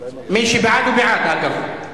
מי שבעד הוא בעד, אגב.